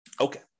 Okay